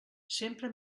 sempre